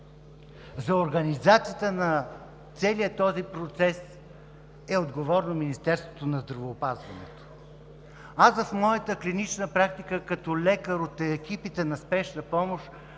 За организацията на целия този процес е отговорно Министерството на здравеопазването. Аз в моята клинична практика, като лекар от екипите на Спешна помощ,